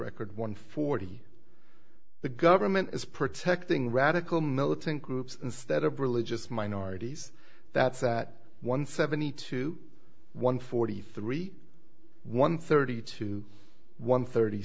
record one forty the government is protecting radical militant groups instead of religious minorities that's one seventy two one forty three one thirty two one thirty